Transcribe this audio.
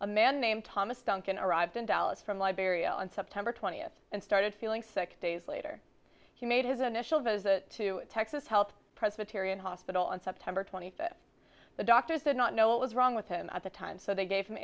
a man named thomas duncan arrived in dallas from liberia on september twentieth and started feeling sick days later he made his a national goes to texas health presbyterian hospital on september twenty fifth the doctors did not know what was wrong with him at the time so they gave